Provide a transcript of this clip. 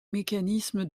mécanismes